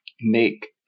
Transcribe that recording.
make